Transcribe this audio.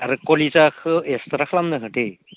आरो खलिजाखौ एक्सट्रा खालामनो हो दे